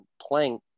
playing